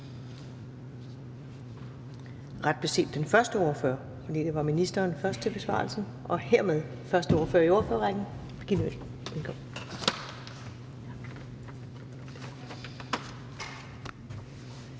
er det den første ordfører; vi ville have ministeren først til besvarelse. Og hermed første ordfører i ordførerrækken,